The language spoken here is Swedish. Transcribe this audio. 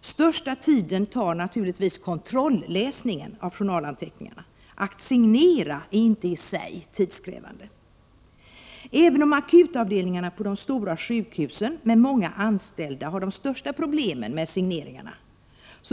Största tiden tar naturligtvis kontrolläsningen av journalanteckningarna. Att signera är inte i sig tidskrävande. Även om akutavdelningarna på de stora sjukhusen med många anställda har de största problemen med signeringarna,